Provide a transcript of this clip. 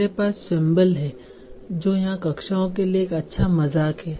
मेरे पास सिंबल है जो यहाँ कक्षाओं के लिए एक अच्छा मजाक है